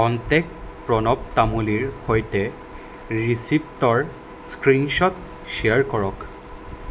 contact Pranav তামুলীৰ সৈতে ৰিচিপ্টৰ স্ক্ৰীনশ্বট শ্বেয়াৰ কৰক